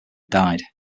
died